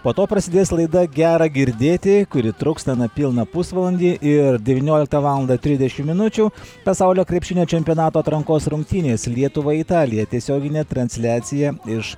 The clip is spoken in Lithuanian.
po to prasidės laida gera girdėti kuri truks nepilną pusvalandį ir devynioliktą valandą trisdešimt minučių pasaulio krepšinio čempionato atrankos rungtynės lietuva italija tiesioginė transliacija iš